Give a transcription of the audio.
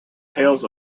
tales